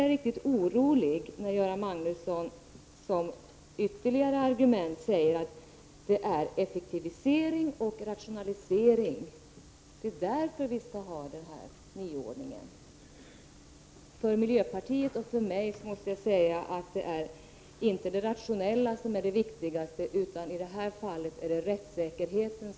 Jag blir riktigt orolig när Göran Magnusson som ett ytterligare argument säger att effektiviseringsoch rationaliseringsskäl talar för att vi skall ha en nyordning. För miljöpartiet och för mig är inte rationaliteten det viktigaste i det här fallet, utan det är rättssäkerheten.